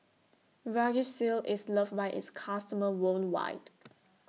Vagisil IS loved By its customers worldwide